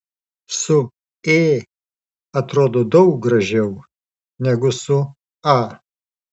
su ė atrodo daug gražiau negu su a